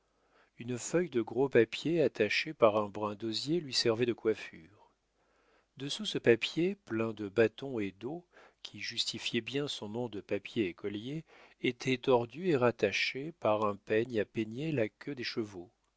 une feuille de gros papier attachée par un brin d'osier lui servait de coiffure dessous ce papier plein de bâtons et d'o qui justifiait bien son nom de papier écolier était tordue et rattachée par un peigne à peigner la queue des chevaux